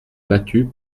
battues